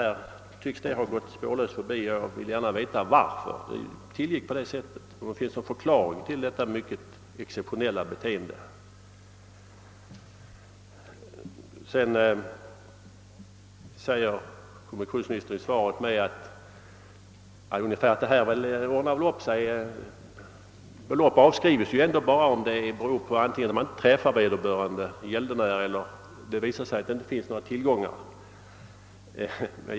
Här är det någonting som tycks ha gått spårlöst förbi och jag efterlyser därför en förklaring till det mycket exceptionella förfarande som i detta fall har tillämpats. Sedan säger kommunikationsministern i svaret att förhållandena ordnar väl upp sig; de belopp det gäller avskrivs ju bara om gäldenären inte anträffas eller om han saknar tillgångar.